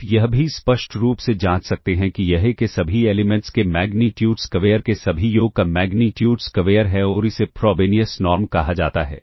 आप यह भी स्पष्ट रूप से जांच सकते हैं कि यह A के सभी एलिमेंट्स के मैग्नीट्यूड स्क्वेयर के सभी योग का मैग्नीट्यूड स्क्वेयर है और इसे फ्रॉबेनियस नॉर्म कहा जाता है